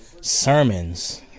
sermons